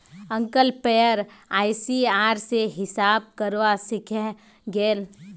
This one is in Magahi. अंकल प्लेयर आईसीआर रे हिसाब करवा सीखे गेल